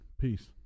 Peace